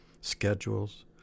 schedules